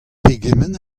pegement